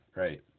right